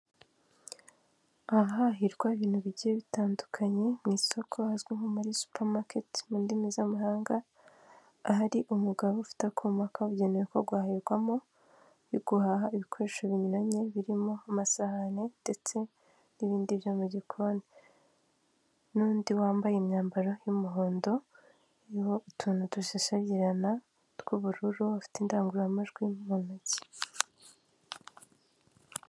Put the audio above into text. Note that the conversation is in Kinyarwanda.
Aha hahirwa ibintu bigiye bitandukanye mu isoko hazwi nko muri supermarket mu ndimi z'amahanga, ahari umugabo ufite akuma kabugenewe ko guhahirwamo, uri guhaha ibikoresho binyuranye birimo amasahani ndetse n'ibindi byo mu gikoni. N'undi wambaye imyambaro y'umuhondo iriho utuntu dushashagirana tw'ubururu ufite indangururamajwi mu ntoki.